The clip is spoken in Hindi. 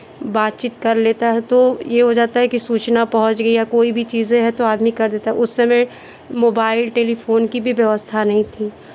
बातचीत कर लेता है तो ये हो जाता है कि सूचना पहुंच गई है कोई भी चीज़ें हैं तो आदमी कर देता उस समय मोबाइल टेलीफोन की भी व्यवस्था नहीं थी